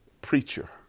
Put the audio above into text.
preacher